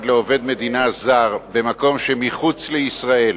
לעובד מדינה זר במקום שמחוץ לישראל,